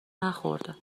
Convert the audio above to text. نخورده